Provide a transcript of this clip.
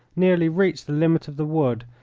nearly reached the limit of the wood,